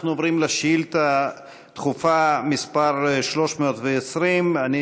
אנחנו עוברים לשאילתה דחופה מס' 320. אני